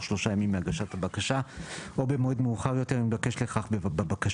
שלושה ימים ממועד הגשת הבקשה או במועד מאוחר יותר אם התבקש לכך בבקשה;